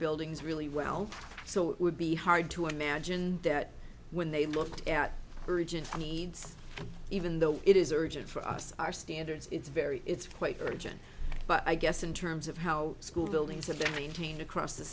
buildings really well so it would be hard to imagine that when they looked at urgent needs even though it is urgent for us our standards it's very it's quite urgent but i guess in terms of how school buildings of the maintainer across the